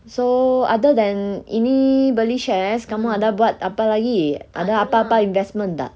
so other than ini beli shares kamu ada buat apa lagi ada apa-apa investment tak